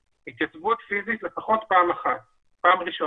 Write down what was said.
התייצבות פיזית לפחות פעם אחת, פעם ראשונה.